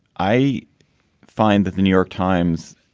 i find that the new york times.